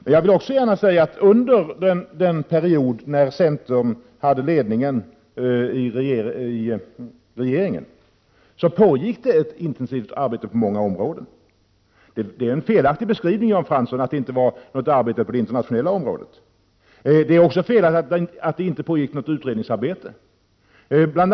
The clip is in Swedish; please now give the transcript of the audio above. Men jag vill också gärna säga att under den period när centern hade ledningen i regeringen pågick det ett intensivt arbete på många områden. Det är en felaktig beskrivning, Jan Fransson, att det inte skedde något arbete på det internationella området. Det är också felaktigt att det inte pågick något utredningsarbete. Bl.